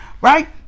right